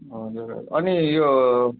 हजुर अनि यो